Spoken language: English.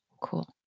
cool